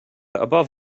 above